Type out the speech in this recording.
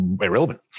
irrelevant